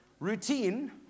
Routine